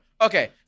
Okay